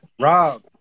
Rob